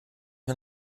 mir